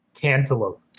Cantaloupe